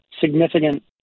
significant